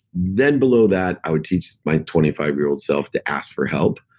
then below that, i would teach my twenty five year old self to ask for help.